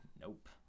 Nope